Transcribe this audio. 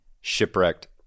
shipwrecked